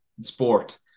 sport